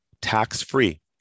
tax-free